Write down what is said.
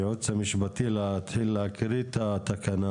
הייעוץ המשפטי, להתחיל להקריא את התקנה,